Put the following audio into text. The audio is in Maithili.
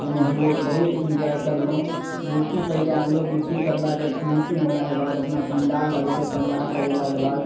ओहिमे हमलोग बहुत ईन्जॉय कयलहुॅं मूर्ति पहिले आनलहुॅं मूर्ति करलाके मूर्ति अनलाके बाद अपना पंडाल लगेलहुॅं पंडाल लगेलाके बाद